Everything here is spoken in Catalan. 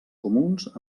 comuns